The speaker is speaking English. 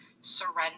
surrender